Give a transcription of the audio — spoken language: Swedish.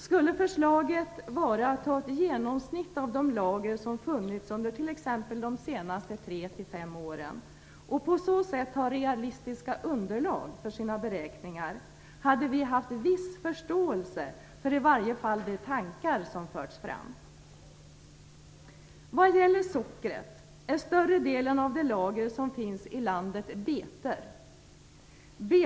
Om förslaget skulle vara att ta ett genomsnitt av de lager som funnits under t.ex. de senaste 3-5 åren, och på så sätt ha realistiska underlag för beräkningarna, hade vi åtminstone haft en viss förståelse för de tankar som förts fram. Större delen av det sockerlager som finns i landet består av betor.